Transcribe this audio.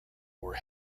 were